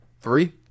three